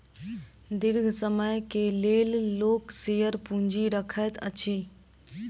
दीर्घ समय के लेल लोक शेयर पूंजी रखैत अछि